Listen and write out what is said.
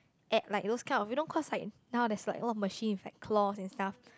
at like those kind of you know cause like now there's like a lot of machine with like claws and stuff